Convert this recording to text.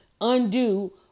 undo